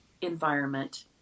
environment